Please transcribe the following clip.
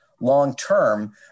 long-term